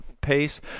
pace